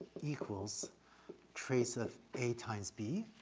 equals trace of a times b.